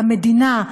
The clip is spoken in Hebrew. למדינה,